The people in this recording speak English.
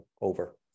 over